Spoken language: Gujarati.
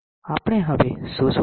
આપણે હવે શું શોધીએ